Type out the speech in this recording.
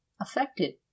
affected